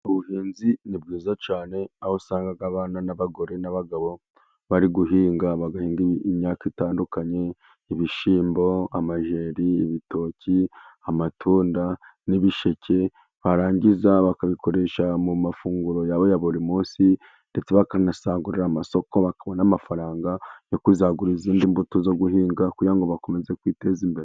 Ubuhinzi ni bwiza cyane aho usanga abana, n'abagore, n'abagabo bari guhinga imyaka itandukanye: ibishyimbo, amajeri, ibitoki, amatunda, n'ibisheke. Barangiza bakabikoresha mu mafunguro yabo ya buri munsi, ndetse bakanasagurira amasoko, bakabona amafaranga yo kuzagura izindi mbuto zo guhinga, ngo bakomeze kwiteza imbere.